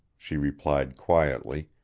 she replied quietly,